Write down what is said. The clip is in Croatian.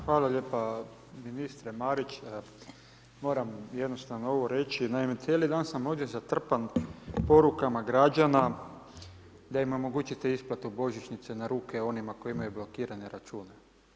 Hvala lijepo ministre Marić, moram jednostavno ovo reći, naime, cijeli dan sam ovdje zatrpan porukama građana da im omogućite isplate božićnice na ruke, onima koji imaju blokirane račune.